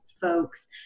folks